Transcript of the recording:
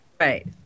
Right